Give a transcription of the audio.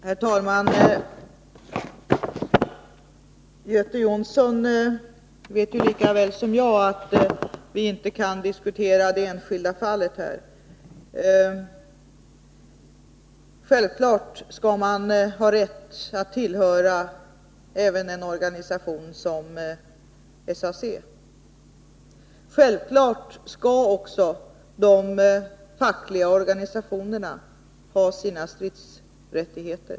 Herr talman! Göte Jonsson vet lika väl som jag att vi inte kan diskutera det enskilda fallet. Självklart skall man ha rätt att tillhöra även en organisation som SAC. Självklart skall också de fackliga organisationerna ha rätt till sina stridsåtgärder.